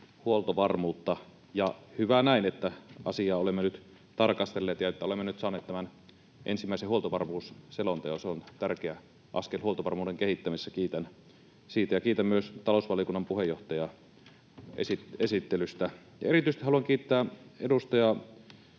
huoltovarmuutta, ja hyvä näin, että asiaa olemme nyt tarkastelleet ja että olemme nyt saaneet tämän ensimmäisen huoltovarmuusselonteon. Se on tärkeä askel huoltovarmuuden kehittämisessä, ja kiitän siitä. Kiitän myös talousvaliokunnan puheenjohtajaa esittelystä. Ja erityisesti haluan kiittää edustaja,